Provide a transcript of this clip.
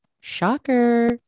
Shocker